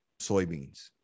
soybeans